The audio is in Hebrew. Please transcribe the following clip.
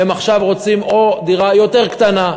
הם עכשיו רוצים או דירה יותר קטנה,